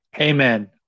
Amen